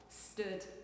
stood